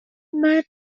مرد